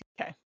okay